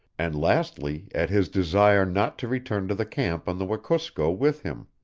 and lastly at his desire not to return to the camp on the wekusko with him.